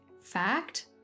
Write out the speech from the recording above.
fact